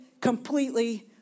completely